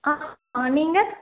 ஆமாம் நீங்கள்